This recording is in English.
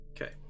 Okay